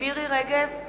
מירי רגב,